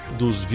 dos